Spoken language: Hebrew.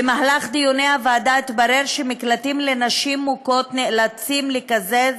במהלך דיוני הוועדה התברר שמקלטים לנשים מוכות נאלצים לקזז